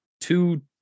two